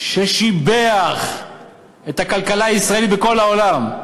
ששיבח את הכלכלה הישראלית בכל העולם,